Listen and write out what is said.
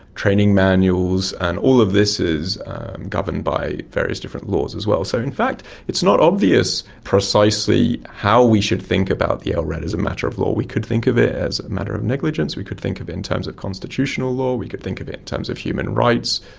training manuals, and all of this is governed by various different laws as well. so in fact it's not obvious precisely how we should think about the lrad as a matter of law. we could think of it as a matter of negligence, we could think of it in terms of constitutional law, we could think of it in terms of human rights,